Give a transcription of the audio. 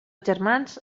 germans